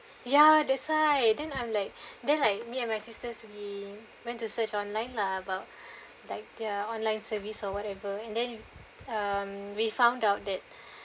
ya that's why then I'm like then like me and my sisters we went to search online lah but like their online service or whatever and then um we found out that